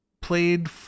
played